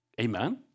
Amen